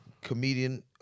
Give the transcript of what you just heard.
comedian